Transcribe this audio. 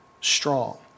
strong